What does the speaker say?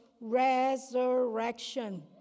resurrection